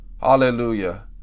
Hallelujah